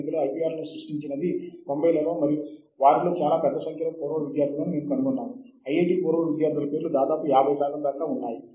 వ్యాసము లో ప్రస్తావించబడిన ఒక కీవర్డ్ని కూడా మనం ఉపయోగించవచ్చు